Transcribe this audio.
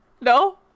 No